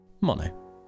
Mono